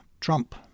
Trump